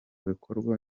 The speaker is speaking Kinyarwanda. bikorwa